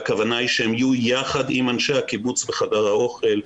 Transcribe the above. והכוונה היא שהם יהיו יחד עם אנשי הקיבוץ בחדר האוכל.